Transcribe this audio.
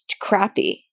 Crappy